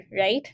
right